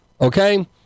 okay